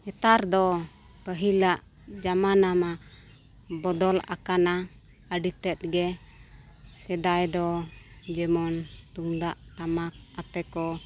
ᱱᱮᱛᱟᱨ ᱫᱚ ᱯᱟᱹᱦᱤᱞᱟᱜ ᱡᱟᱢᱟᱱᱟ ᱢᱟ ᱵᱚᱫᱚᱞ ᱟᱠᱟᱱᱟ ᱟᱹᱰᱤ ᱛᱮᱫ ᱜᱮ ᱥᱮᱫᱟᱭ ᱫᱚ ᱡᱮᱢᱚᱱ ᱛᱩᱢᱫᱟᱜ ᱴᱟᱢᱟᱠ ᱟᱛᱮᱫ ᱠᱚ